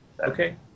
Okay